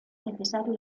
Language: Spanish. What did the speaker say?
necesario